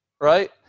right